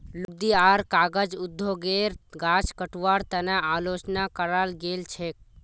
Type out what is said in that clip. लुगदी आर कागज उद्योगेर गाछ कटवार तने आलोचना कराल गेल छेक